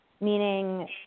meaning